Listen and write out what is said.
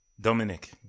Dominic